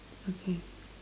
okay